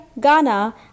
Ghana